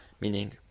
meaning